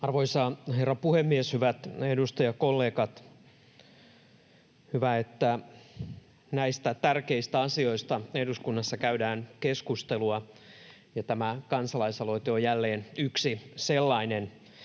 Arvoisa herra puhemies! Hyvät edustajakollegat! Hyvä, että näistä tärkeistä asioista eduskunnassa käydään keskustelua, ja tämä kansalaisaloite on jälleen yksi sellainen.